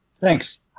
Thanks